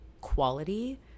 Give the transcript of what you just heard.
quality